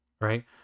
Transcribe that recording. right